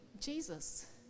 Jesus